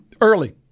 Early